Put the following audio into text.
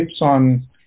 on